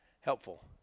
helpful